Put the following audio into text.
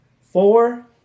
four